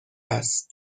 است